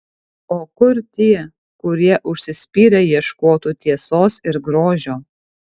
o kur tie kurie užsispyrę ieškotų tiesos ir grožio